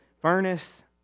furnace